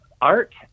art